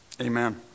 amen